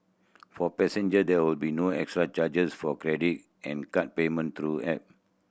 for passenger there will be no extra charges for credit and card payment through app